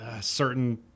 certain